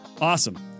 awesome